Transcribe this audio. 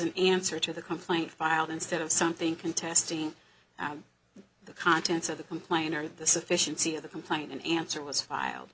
an answer to the complaint filed instead of something contesting the contents of the complainer the sufficiency of the complaint and answer was file